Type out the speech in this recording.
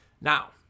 Now